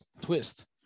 twist